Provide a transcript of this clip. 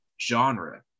genre